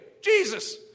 Jesus